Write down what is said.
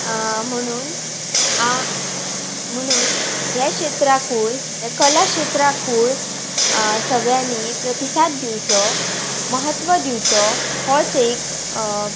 म्हणून म्हणून ह्या क्षेत्राकूय हे कलाक्षेत्राकूय सगळ्यांनी प्रतिसाद दिवचो महत्व दिवचो होच एक